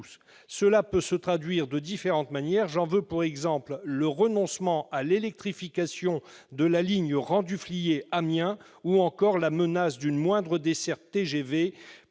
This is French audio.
Cela peut se traduire de différentes manières. J'en veux pour exemple le renoncement à l'électrification de la ligne Rang-du-Fliers-Amiens ou encore la menace d'une moindre desserte TGV